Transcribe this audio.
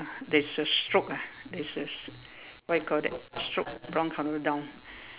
there's a stroke ah there's a what you call that stroke brown colour down